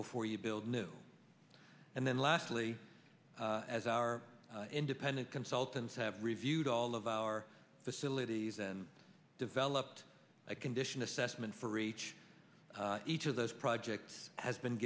before you build new and then lastly as our independent consultants have reviewed all of our facilities and developed a condition assessment for each each of those projects has been